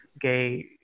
gay